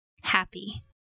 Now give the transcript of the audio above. happy